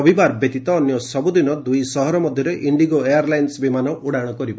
ରବିବାର ବ୍ୟତୀତ ଅନ୍ୟ ସବୁ ଦିନ ଦୁଇ ସହର ମଧ୍ଧରେ ଇଣ୍ଡିଗୋ ଏୟାର ଲାଇନ୍ବର ବିମାନ ଉଡ଼ାଶ କରିବ